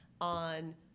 on